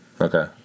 Okay